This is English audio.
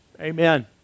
Amen